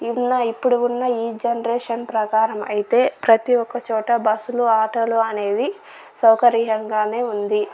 ఇన్న ఇప్పుడు ఉన్న ఈ జెనరేషన్ ప్రకారం అయితే ప్రతి ఒక్క చోట బస్సులు ఆటోలు అనేవి సౌకర్యంగానే ఉంది